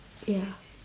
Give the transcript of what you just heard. ya